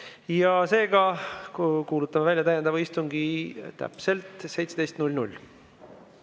Seega, kuulutan välja täiendava istungi täpselt 17.00.